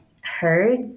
heard